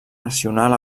nacional